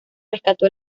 rescató